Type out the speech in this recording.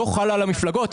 לא חל על המפלגות.